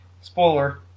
spoiler